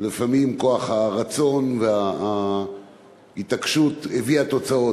לפעמים כוח הרצון וההתעקשות הביאו תוצאות.